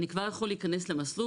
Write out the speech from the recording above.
אני כבר יכול להכנס למסלול',